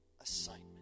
assignment